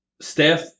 Steph